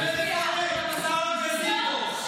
שר הגזיבו.